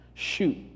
Shoot